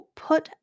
put